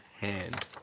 hand